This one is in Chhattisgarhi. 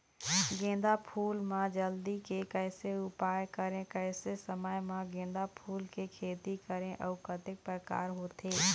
गेंदा फूल मा जल्दी के कैसे उपाय करें कैसे समय मा गेंदा फूल के खेती करें अउ कतेक प्रकार होथे?